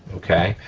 okay?